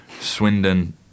Swindon